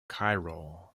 chiral